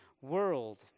world